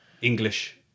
English